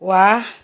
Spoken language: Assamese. ৱাহ